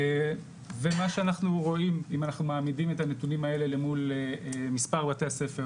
ומה שאנחנו רואים אם אנחנו מעמידים את הנתונים האלה למול מספר בתי-הספר